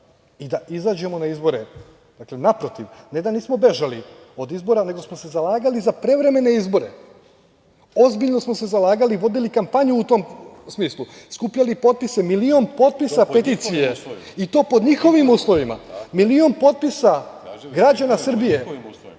i da izađemo na izbore. Naprotiv, ne da nismo bežali od izbora, nego smo se zalagali za prevremene izbore. Ozbiljno smo se zalagali, vodili kampanju u tom smislu, skupljali potpise, milion potpisa, peticija, i to pod njihovim uslovima. Milion potpisa građana Srbije